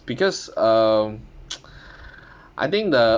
because um I think the